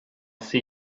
see